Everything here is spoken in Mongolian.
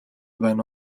байна